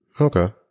okay